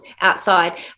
outside